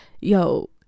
yo